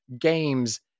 games